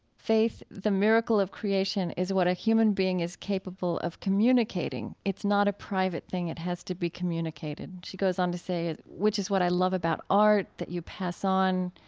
faith, the miracle of creation, is what a human being is capable of communicating. it's not a private thing it has to be communicated. she goes on to say, which is what i love about art that you pass on.